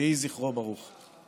יהי זכרו ברוך.